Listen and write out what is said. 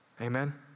Amen